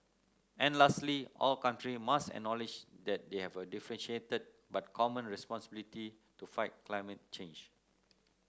and lastly all countries must acknowledge that they have a differentiated but common responsibility to fight climate change